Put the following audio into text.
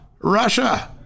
Russia